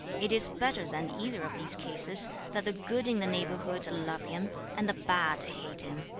it is better than either of these cases that the good in the neighborhood love him, and the bad hate him